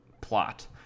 Plot